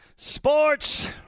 Sports